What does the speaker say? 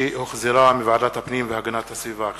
שהחזירה ועדת הפנים והגנת הסביבה.